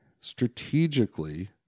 strategically